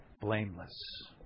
blameless